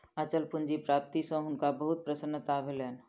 अचल पूंजी प्राप्ति सॅ हुनका बहुत प्रसन्नता भेलैन